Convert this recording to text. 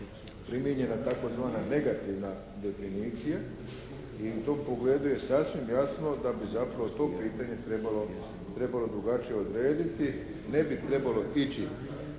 primijenjena tzv. negativna definicija i u tom pogledu je sasvim jasno da bi zapravo to pitanje trebalo drugačije odrediti. Ne bi trebalo ići